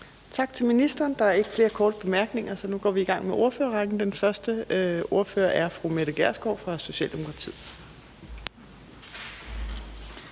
Tak til ministeren. Der er ikke flere korte bemærkninger. Så nu går vi i gang med ordførerrækken. Den første ordfører er fru Mette Gjerskov fra Socialdemokratiet.